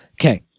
Okay